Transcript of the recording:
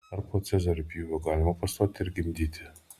ar po cezario pjūvio galima pastoti ir gimdyti